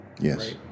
Yes